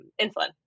insulin